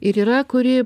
ir yra kuri